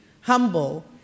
humble